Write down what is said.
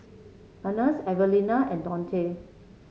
Earnest Evelina and Donte